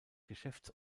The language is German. geschäfts